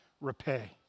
repay